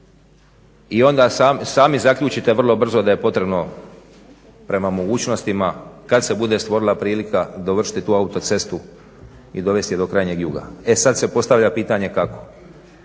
I onda sami zaključite vrlo brzo da je potrebno prema mogućnostima kad se bude stvorila prilika dovršiti tu autocestu i dovesti je do krajnjeg juga. E sad se postavlja pitanje kako.